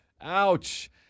Ouch